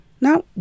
Now